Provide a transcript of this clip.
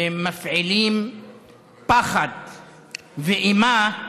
והם מפעילים פחד ואימה,